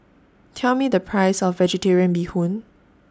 Tell Me The Price of Vegetarian Bee Hoon